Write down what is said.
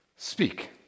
Speak